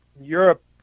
Europe